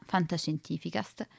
Fantascientificast